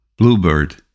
Bluebird